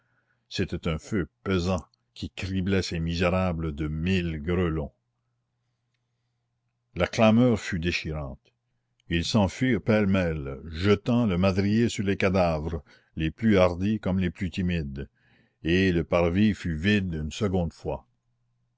c'était un feu pesant qui criblait ces misérables de mille grêlons la clameur fut déchirante ils s'enfuirent pêle-mêle jetant le madrier sur les cadavres les plus hardis comme les plus timides et le parvis fut vide une seconde fois